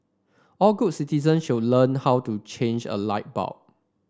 all good citizens should learn how to change a light bulb